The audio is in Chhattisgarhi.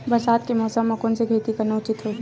बरसात के मौसम म कोन से खेती करना उचित होही?